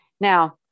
Now